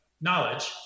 knowledge